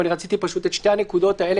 אבל רציתי פשוט את שתי הנקודות האלה